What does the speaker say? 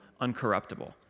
uncorruptible